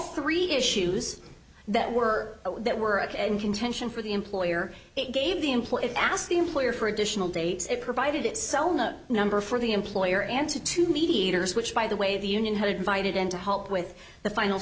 three issues that were that were in contention for the employer it gave the employees ask the employer for additional dates it provided it so no number for the employer answer to mediators which by the way the union had invited in to help with the final